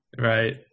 Right